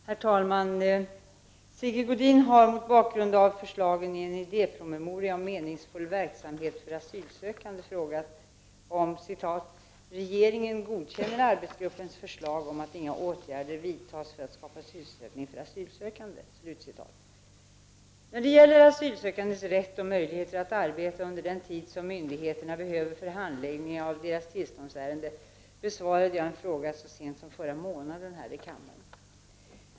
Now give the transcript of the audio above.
Herr talman! Sigge Godin har, mot bakgrund av förslagen i en idépromemoria om meningsfull verksamhet för asylsökande, frågat om ”regeringen godkänner arbetsgruppens förslag om att inga åtgärder vidtas för att skapa sysselsättning för asylsökande”. När det gäller asylsökandes rätt och möjlighet att arbeta under den tid som myndigheterna behöver för handläggning av deras tillståndsärende, besvarade jag en fråga om detta så sent som förra månaden här i kammaren.